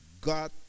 God